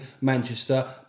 Manchester